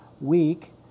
week